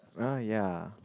uh ya